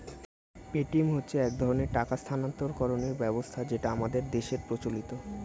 Paytm হচ্ছে এক ধরনের টাকা স্থানান্তরকরণের ব্যবস্থা যেটা আমাদের দেশের প্রচলিত